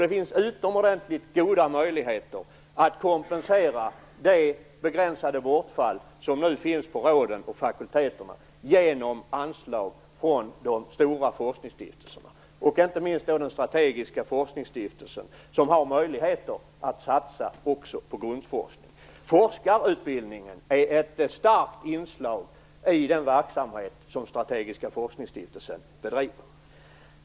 Det finns utomordentligt goda möjligheter att kompensera det begränsade bortfallet för fakulteterna i rådens anslag med anslag från de stora forskningsstiftelserna, inte minst Strategiska forskningsstiftelsen, som har möjlighet att satsa också på grundforskning. Forskarutbildningen är ett starkt inslag i den verksamhet som Strategiska forskningsstiftelsen bedriver.